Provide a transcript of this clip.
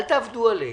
אל תעבדו עלינו.